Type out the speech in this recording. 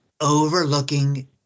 overlooking